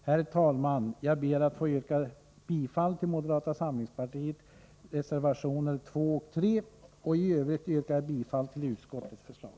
Herr talman! Jag ber att få yrka bifall till moderata samlingspartiets reservationer 2 och 3. I övrigt yrkar jag bifall till utskottets förslag.